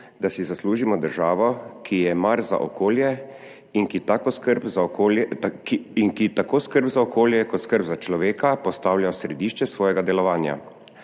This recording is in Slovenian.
da si zaslužimo državo, ki ji je mar za okolje in ki tako skrb za okolje kot skrb za človeka postavlja v središče svojega delovanja.